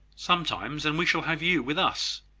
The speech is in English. sometimes and we shall have you with us.